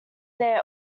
there